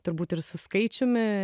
turbūt ir su skaičiumi